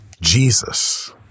Jesus